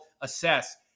assess